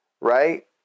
right